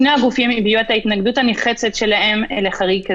שני הגופים הביעו התנגדות נחרצת לחריג כזה,